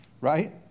right